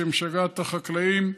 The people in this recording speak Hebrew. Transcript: שמשגעת את החקלאים,